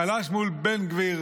חלש מול בן גביר,